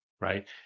right